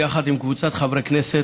שיזמתי ביחד עם קבוצת חברי הכנסת,